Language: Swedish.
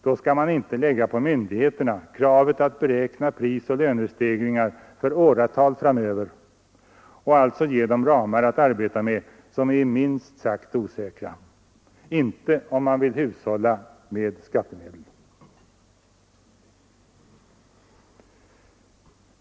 Då skall man inte lägga på myndigheterna kravet att beräkna prisoch lönestegringar för åratal framöver och alltså ge dem ramar att arbeta med som är minst sagt osäkra — inte om man vill hushålla med skattemedel.